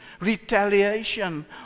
retaliation